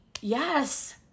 Yes